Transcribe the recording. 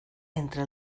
entre